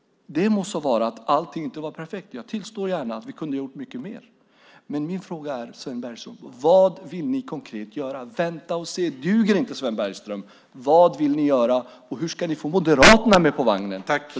Det må vara så att allting inte var perfekt. Jag tillstår gärna att vi kunde ha gjort mycket mer. Men min fråga är: Vad vill ni konkret göra? Vänta och se duger inte, Sven Bergström! Vad vill ni göra, och hur ska ni få Moderaterna med på vagnen?